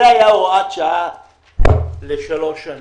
זו הייתה הוראת שעה לשלוש שנים,